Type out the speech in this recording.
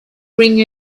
ring